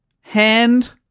hand